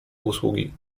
usługi